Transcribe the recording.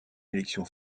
élection